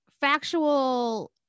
factual